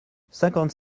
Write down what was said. cinquante